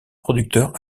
producteur